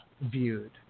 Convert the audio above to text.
viewed